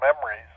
memories